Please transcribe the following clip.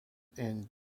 and